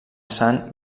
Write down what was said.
sant